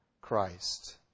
Christ